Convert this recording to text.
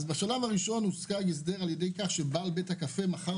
בשלב הראשון הושג הסדר כך שבעל בית הקפה מכר